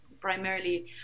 primarily